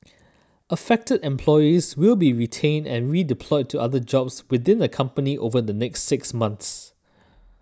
affected employees will be retrained and redeployed to other jobs within the company over the next six months